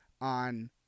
on